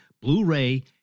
blu-ray